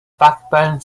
backbone